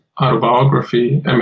autobiography